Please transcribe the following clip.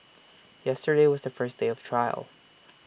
yesterday was the first day of trial